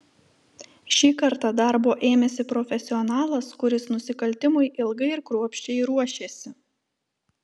šį kartą darbo ėmėsi profesionalas kuris nusikaltimui ilgai ir kruopščiai ruošėsi